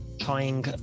trying